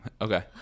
Okay